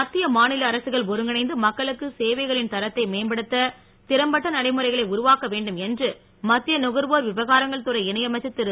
ம த் தி ய மா நில அரசுகள் ஒருங் கிணைந்து மக்களுக்கான சேவைகளின் தர த்தை மே ம்படு த் த தி ற ம்ப ட்ட நடைமுறைகளை உருவாக்க வே ண்டு ம் என்று மத் திய நுகர்வோ ர் விவகாரங்கள் துறை இணை அமைச்ச ர் தி ரு